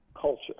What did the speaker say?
culture